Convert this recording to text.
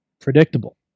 predictable